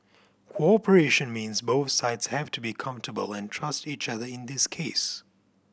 cooperation means both sides have to be comfortable and trust each other in this case